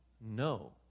No